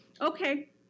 Okay